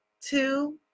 two